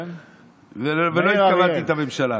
ולא התכוונתי את הממשלה.